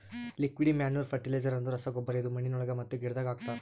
liquid manure fertiliser ಅಂದುರ್ ರಸಗೊಬ್ಬರ ಇದು ಮಣ್ಣಿನೊಳಗ ಮತ್ತ ಗಿಡದಾಗ್ ಹಾಕ್ತರ್